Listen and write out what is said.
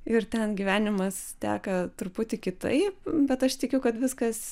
ir ten gyvenimas teka truputį kitaip bet aš tikiu kad viskas